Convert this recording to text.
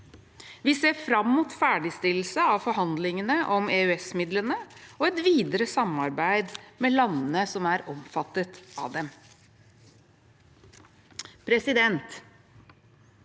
Vi ser fram mot ferdigstillelse av forhandlingene om EØS-midlene og et videre samarbeid med landene som er omfattet av dem. For mange